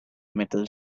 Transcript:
metal